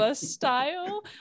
style